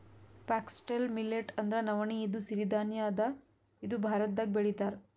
foxtail millet ಅಂದ್ರ ನವಣಿ ಇದು ಸಿರಿ ಧಾನ್ಯ ಅದಾ ಇದು ಭಾರತ್ದಾಗ್ ಬೆಳಿತಾರ್